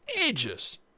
ages